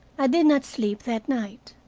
i did not sleep that night.